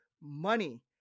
money